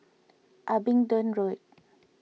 Abingdon Road